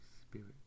Spirit